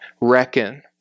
Reckon